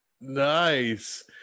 Nice